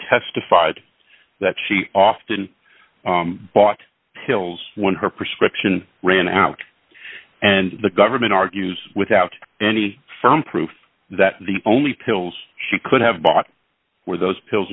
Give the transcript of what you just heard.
testified that she often bought pills when her prescription ran out and the government argues without any firm proof that the only pills she could have bought were those pills